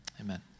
amen